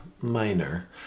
minor